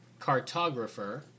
cartographer